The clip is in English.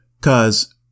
cause